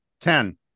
ten